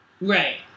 Right